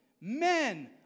men